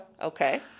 Okay